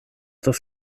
das